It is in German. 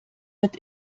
wird